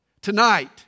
Tonight